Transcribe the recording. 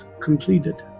completed